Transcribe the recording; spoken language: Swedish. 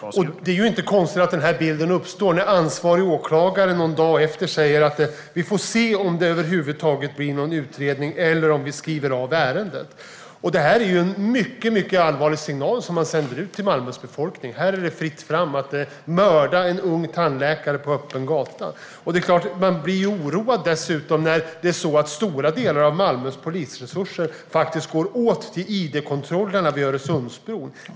Herr talman! Det är inte konstigt att en sådan bild uppstår när ansvarig åklagare någon dag efter händelsen säger att vi får se om det över huvud taget blir någon utredning eller om ärendet skrivs av. Detta är en mycket allvarlig signal som sänds ut till Malmös befolkning. Här är det fritt fram att mörda en ung tandläkare på öppen gata. Man blir ju dessutom oroad när stora delar av Malmös polisresurser går åt till id-kontrollerna vid Öresundsbron.